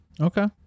Okay